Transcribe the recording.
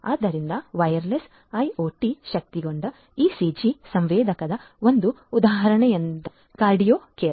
ಆದ್ದರಿಂದ wireless IoT ಶಕ್ತಗೊಂಡ ECG ಸಂವೇದಕದ ಒಂದು ಉದಾಹರಣೆಯೆಂದರೆ ಕಾರ್ಡಿಯೊಕೋರ್